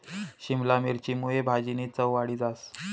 शिमला मिरची मुये भाजीनी चव वाढी जास